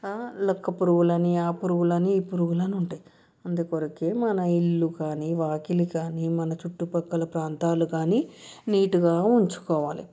లక్క పురుగులు అని ఆ పురుగులు అని ఈ పురుగులు అని ఉంటాయి అందుకొరకే మన ఇల్లు కానీ వాకిలి కానీ మన చుట్టుపక్కల ప్రాంతాలు కానీ నీటుగా ఉంచుకోవాలి